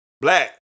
Black